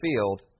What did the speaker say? field